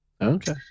Okay